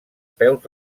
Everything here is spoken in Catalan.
peus